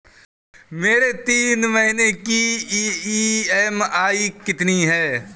मेरी तीन महीने की ईएमआई कितनी है?